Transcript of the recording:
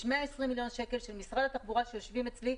יש 120 מיליון שקל של משרד התחבורה שיושבים אצלי,